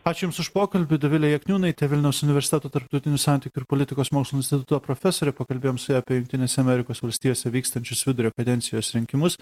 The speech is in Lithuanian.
ačiū jums už pokalbį dovilė jakniūnaitė vilniaus universiteto tarptautinių santykių ir politikos mokslų instituto profesorė pakalbėjom su ja apie jungtinėse amerikos valstijose vykstančius vidurio kadencijos rinkimus